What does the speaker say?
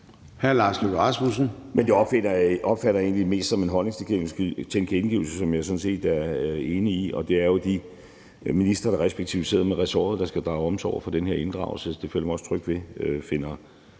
(M): Jeg opfatter det egentlig mest som en holdningstilkendegivelse, som jeg sådan set er enig i. Det er jo de ministre, der sidder med de respektive ressorter, der skal drage omsorg for den her inddragelse, og det føler jeg mig også tryg ved finder sted.